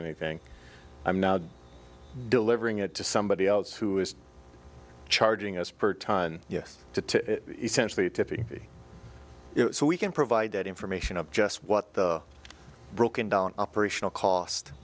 anything i'm now delivering it to somebody else who is charging us per tonne yes to essentially tiffy so we can provide that information of just what the broken down operational cost